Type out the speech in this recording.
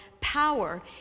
power